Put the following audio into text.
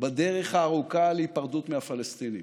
בדרך הארוכה להיפרדות מהפלסטינים.